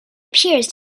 appears